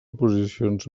posicions